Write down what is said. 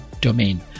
domain